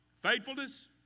faithfulness